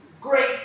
great